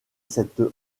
cette